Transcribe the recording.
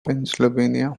pennsylvania